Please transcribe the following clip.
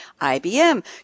IBM